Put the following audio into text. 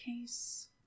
case